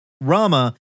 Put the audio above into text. Rama